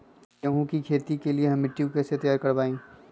गेंहू की खेती के लिए हम मिट्टी के कैसे तैयार करवाई?